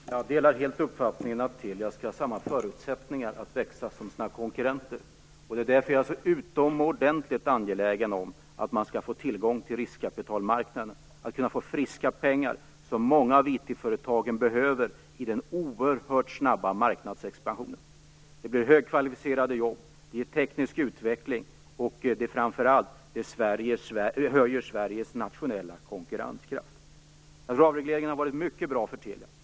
Fru talman! Jag delar helt uppfattningen att Telia skall ha samma förutsättningar att växa som sina konkurrenter. Det är därför jag är så utomordentligt angelägen om att man skall få tillgång till riskkapitalmarknaden för att få friska pengar, något som många av IT-företagen behöver i den oerhört snabba marknadsexpansionen. Det ger högkvalificerade jobb och teknisk utveckling och det höjer framför allt Sveriges nationella konkurrenskraft. Jag tror att avregleringen har varit mycket bra för Telia.